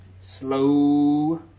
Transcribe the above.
slow